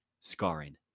scarring